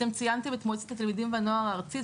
אתם ציינת את מועצת התלמידים והנוער הארצי.